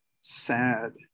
sad